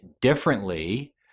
differently